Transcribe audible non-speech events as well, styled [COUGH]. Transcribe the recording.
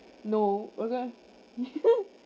no okay [LAUGHS]